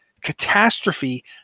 catastrophe